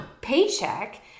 paycheck